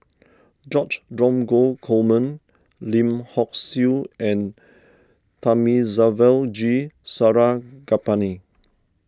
George Dromgold Coleman Lim Hock Siew and Thamizhavel G Sarangapani